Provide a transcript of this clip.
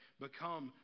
become